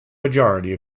majority